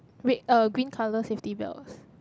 wait uh green colour safety belts